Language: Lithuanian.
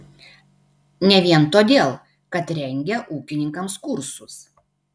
ne vien todėl kad rengia ūkininkams kursus